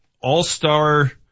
all-star